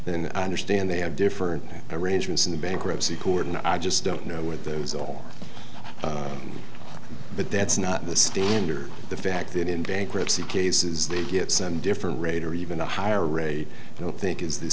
then i understand they have different arrangements in the bankruptcy court and i just don't know what those are all but that's not the standard the fact that in bankruptcy cases they get some different rate or even a higher rate i don't think is the